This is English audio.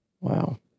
Wow